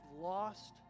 lost